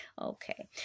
Okay